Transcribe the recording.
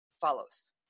follows